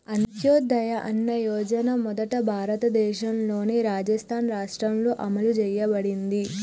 అంత్యోదయ అన్న యోజన మొదట భారతదేశంలోని రాజస్థాన్ రాష్ట్రంలో అమలు చేయబడింది